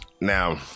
now